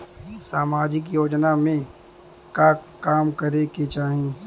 सामाजिक योजना में का काम करे के चाही?